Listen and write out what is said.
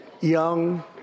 young